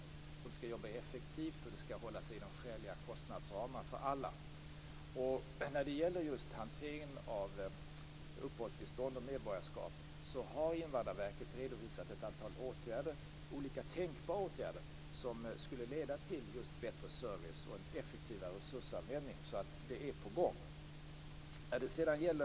Man skall arbeta effektivt och alla skall hålla sig inom skäliga kostnadsramar. När det gäller just hanteringen av uppehållstillstånd och medborgarskap har Invandrarverket redovisat ett antal olika tänkbara åtgärder som skulle leda till just bättre service och en effektivare resursanvändning, så det är på gång.